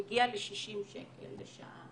מגיע ל-60 שקל לשעה.